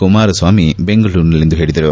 ಕುಮಾರಸ್ವಾಮಿ ಬೆಂಗಳೂರಿನಲ್ಲಿಂದು ಹೇಳಿದರು